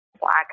Black